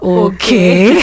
okay